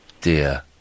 Dear